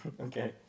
Okay